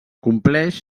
compleix